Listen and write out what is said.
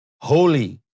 holy